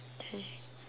okay